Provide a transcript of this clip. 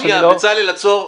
בצלאל, עצור.